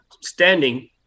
standing